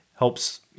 Helps